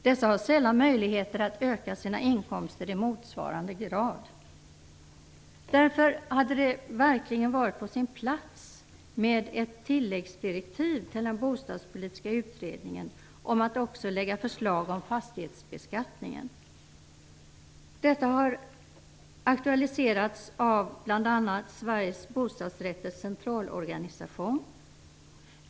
Dessa har sällan möjligheter att öka sina inkomster i motsvarande grad. Därför hade det verkligen varit på sin plats med ett tilläggsdirektiv till den bostadspolitiska utredningen om att också lägga förslag om fastighetsbeskattningen. Detta har aktualiserats av bl.a. Sveriges bostadsrättsföreningars centralorganisation.